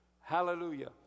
Hallelujah